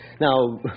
Now